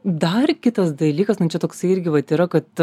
dar kitas dalykas nu čia toksai irgi vat yra kad